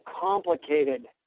complicated